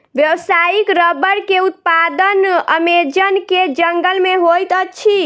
व्यावसायिक रबड़ के उत्पादन अमेज़न के जंगल में होइत अछि